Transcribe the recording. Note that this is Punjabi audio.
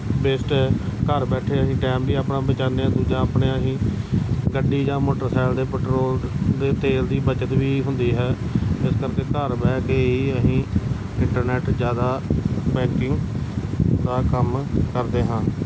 ਵੇਸਟ ਘਰ ਬੈਠੇ ਅਸੀਂ ਟਾਈਮ ਵੀ ਆਪਣਾ ਬਚਾਉਂਦੇ ਹਾਂ ਦੂਜਾ ਆਪਣੇ ਅਸੀਂ ਗੱਡੀ ਜਾਂ ਮੋਟਰਸਾਈਕਲ ਦੇ ਪੈਟਰੋਲ ਦੇ ਤੇਲ ਦੀ ਬੱਚਤ ਵੀ ਹੁੰਦੀ ਹੈ ਇਸ ਕਰਕੇ ਘਰ ਬਹਿ ਕੇ ਹੀ ਅਸੀਂ ਇੰਟਰਨੈਟ ਜ਼ਿਆਦਾ ਪੈਕਿੰਗ ਦਾ ਕੰਮ ਕਰਦੇ ਹਾਂ